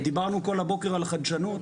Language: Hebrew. דיברנו כל הבוקר על חדשנות,